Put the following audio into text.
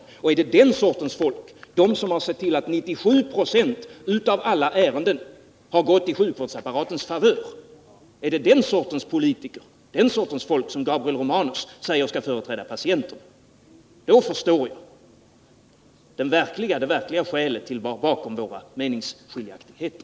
Om det är politiker av den sorten — sådana som har sett till att 97 26 av alla dessa ärenden har utfallit till sjukvårdsapparatens favör — som enligt Gabriel Romanus nu skall företräda patienterna förstår jag den verkliga bakgrunden till våra meningsskiljaktigheter.